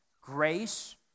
Grace